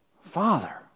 Father